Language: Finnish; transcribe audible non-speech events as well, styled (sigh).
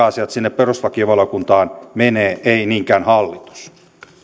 (unintelligible) asiat sinne perustuslakivaliokuntaan menevät ei niinkään hallitus